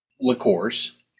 liqueurs